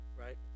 Right